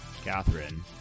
Catherine